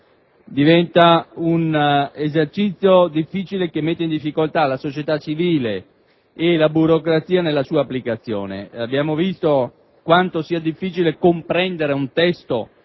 diventa un esercizio complesso che mette in difficoltà la società civile e la burocrazia nella sua applicazione. Abbiamo visto quanto sia difficile comprendere un testo,